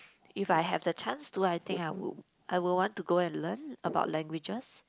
if I have the chance to I think I would I would want to go and learn about languages